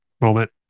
moment